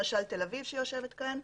למשל תל ביב שיושבת כאן,